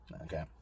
Okay